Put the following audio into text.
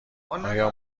آیا